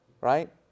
right